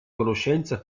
conoscenza